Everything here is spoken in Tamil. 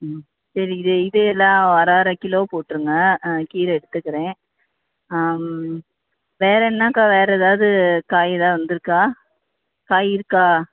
ம் சரிங்க இது இது எல்லாம் அரை அரை கிலோ போட்டிருங்க ஆ கீரை எடுத்துக்கிறேன் வேறு என்னக்கா வேறு எதாவது காய் எதாவது வந்திருக்கா காய் இருக்கா